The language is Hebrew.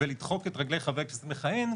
ולדחוק את רגלי חבר כנסת מכהן,